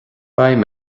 beidh